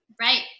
Right